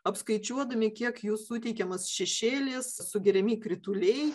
apskaičiuodami kiek jų suteikiamas šešėlis sugeriami krituliai